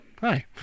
Hi